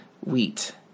wheat